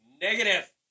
Negative